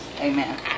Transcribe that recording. amen